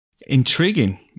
intriguing